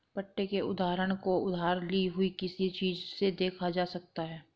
पट्टे के उदाहरण को उधार ली हुई किसी चीज़ से देखा जा सकता है